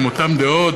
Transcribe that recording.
עם אותן דעות,